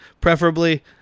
preferably